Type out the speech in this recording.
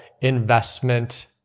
investment